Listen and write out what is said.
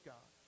God